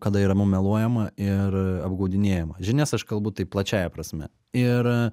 kada yra mum meluojama ir apgaudinėjama žinias aš kalbu taip plačiąja prasme ir